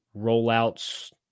rollouts